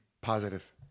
Positive